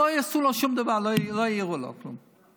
לא יעשו לו שום דבר, לא יעירו לו כלום.